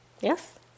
Yes